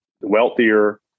wealthier